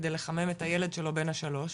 כדי לחמם את הילד שלו בן השלוש,